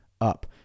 up